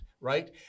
right